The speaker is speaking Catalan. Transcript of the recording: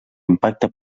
impacte